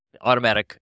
automatic